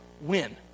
win